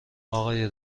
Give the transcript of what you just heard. آقای